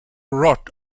rot